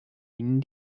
ihnen